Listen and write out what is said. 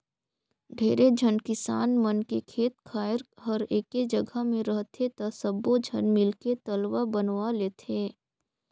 ढेरे झन किसान मन के खेत खायर हर एके जघा मे रहथे त सब्बो झन मिलके तलवा बनवा लेथें